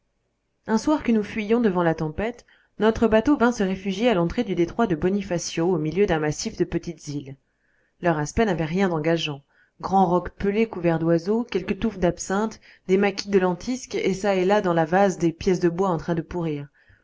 un soir que nous fuyions devant la tempête notre bateau vint se réfugier à l'entrée du détroit de bonifacio au milieu d'un massif de petites îles leur aspect n'avait rien d'engageant grands rocs pelés couverts d'oiseaux quelques touffes d'absinthe des maquis de lentisques et çà et là dans la vase des pièces de bois en train de pourrir